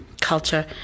culture